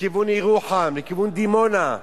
לכיוון ירוחם, לכיוון דימונה,